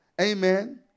Amen